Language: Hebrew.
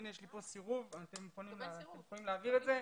יש לי פה סירוב, אתם יכולים להעביר את זה.